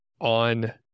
on